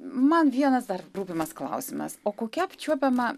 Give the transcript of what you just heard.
man vienas dar rūpimas klausimas o kokia apčiuopiama